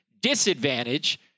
disadvantage